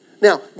Now